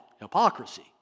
hypocrisy